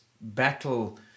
battle